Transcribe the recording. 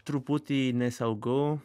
truputį nesaugu